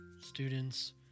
students